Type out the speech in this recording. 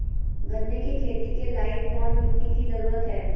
गन्ने की खेती के लाइट कौन मिट्टी की जरूरत है?